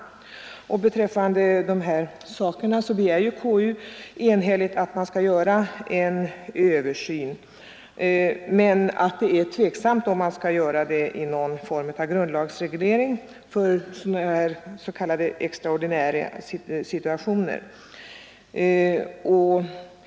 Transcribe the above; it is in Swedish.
Konstitutionsutskottet begär enhälligt att det skall göras en översyn på den här punkten men anser det ovisst om det bör ske i form av en grundlagsreglering i fråga om s.k. extraordinära situationer.